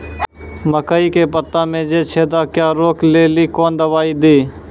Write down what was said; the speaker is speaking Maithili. मकई के पता मे जे छेदा क्या रोक ले ली कौन दवाई दी?